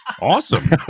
Awesome